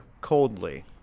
coldly